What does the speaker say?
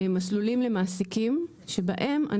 מסלולים למעסיקים שבהם,